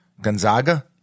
Gonzaga